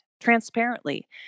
transparently